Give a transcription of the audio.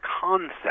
concept